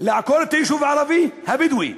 לעקור את היישוב הערבי הבדואי,